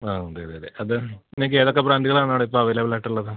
ആ അതെ അതെ അതെ അത് ഏതൊക്ക ബ്രാന്റുകളാണവിടെ ഇപ്പോള് അവൈലബിളായിട്ടുള്ളത്